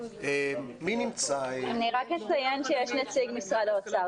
אני רק אציין שיש נציג משרד האוצר,